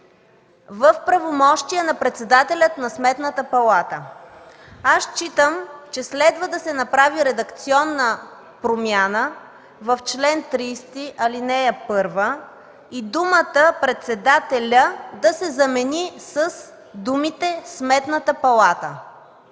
в правомощие на председателя на Сметната палата. Считам, че следва да се направи редакционна промяна в чл. 30, ал. 1 и думата „председателя” да се замени с думите „Сметната палата”.